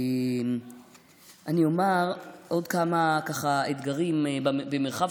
אני אומר עוד כמה אתגרים שיש במרחב